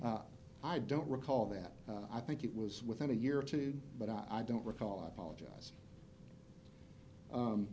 why i don't recall that i think it was within a year or two but i don't recall i apologize